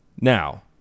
Now